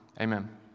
Amen